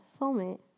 soulmate